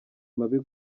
mabi